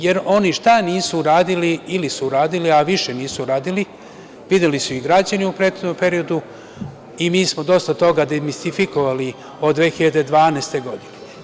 Jer, oni šta nisu uradili, ili su uradili, a više nisu uradili, videli su i građani u prethodnom periodu i mi smo dosta toga demistifikovali od 2012. godine.